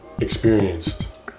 experienced